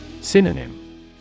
Synonym